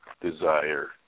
desire